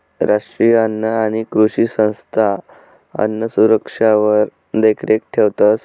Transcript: राष्ट्रीय अन्न आणि कृषी संस्था अन्नसुरक्षावर देखरेख ठेवतंस